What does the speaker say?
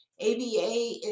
ABA